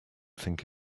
think